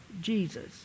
Jesus